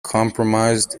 compromised